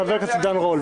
חבר הכנסת עידן רול,